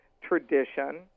tradition